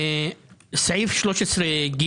את סעיף 13(ג)